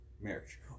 marriage